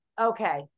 okay